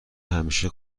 همیشه